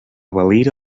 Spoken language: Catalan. valira